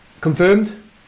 Confirmed